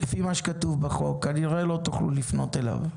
לפי מה שכתוב בחוק כנראה לא תוכלו לפנות אליו,